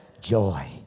joy